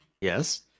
yes